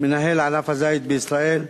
מנהל ענף הזית בישראל,